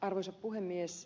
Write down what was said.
arvoisa puhemies